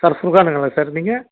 sir ஃபுர்கானுங்களா sir நீங்கள்